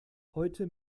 heute